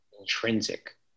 intrinsic